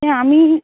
হ্যাঁ আমি